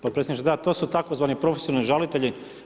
Podpredsjedniče da, to su tzv. profesionalni žalitelji.